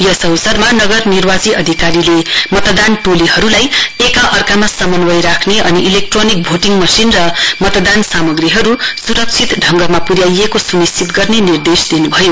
यस अवसरमा नगर निर्वाची अधिकारीले मतदान टोलीहरुलाई एका अर्कामा समन्वय राख्ने अनि एलेक्ट्रोनिक भोटिङ मशिन र मतदान सामग्रीहरु सुरक्षित ढंगमा पन्याइएको सुनिश्चित गर्ने निर्देश दिनुभयो